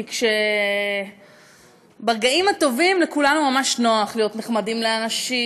כי ברגעים הטובים לכולנו ממש נוח להיות נחמדים לאנשים,